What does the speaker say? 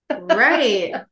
Right